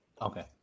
Okay